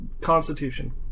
Constitution